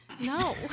No